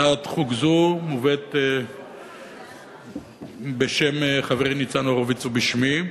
הצעת חוק זו מובאת בשם חברי ניצן הורוביץ ובשמי.